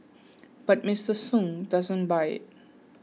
but Mister Sung doesn't buy it